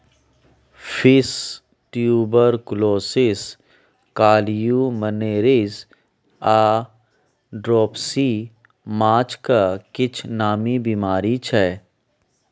fish tuberculosis, columnaris आ dropsy माछक किछ नामी बेमारी छै